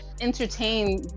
entertain